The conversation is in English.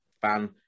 fan